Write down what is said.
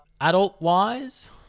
Adult-wise